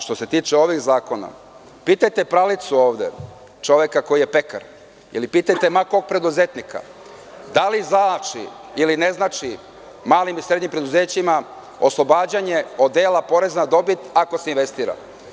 Što se tiče ovih zakona, pitajte Pralicu ovde, čoveka koji je pekar, ili pitajte ma kog preduzetnika da li znači ili ne znači malim i srednjim preduzećima oslobađanje od dela poreza na dobit ako se investira.